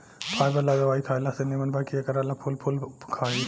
fibre ला दवाई खएला से निमन बा कि एकरा ला फल फूल खा